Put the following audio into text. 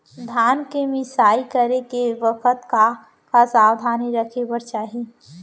धान के मिसाई करे के बखत का का सावधानी रखें बर चाही?